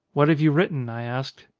what have you written? i asked.